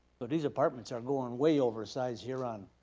but these apartments are going way over size here on.